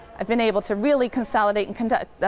i've been able to really consolidate and and the